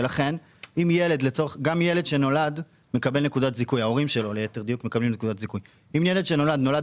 גם ההורים של ילד שנולד מקבלים נקודת זיכוי; אם ילד נולד